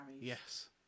Yes